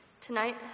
Tonight